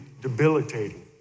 debilitating